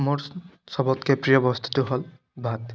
মোৰ সবতকৈ প্ৰিয় বস্তুটো হ'ল ভাত